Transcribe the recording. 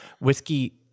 whiskey